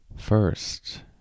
First